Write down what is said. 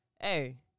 hey